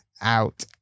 out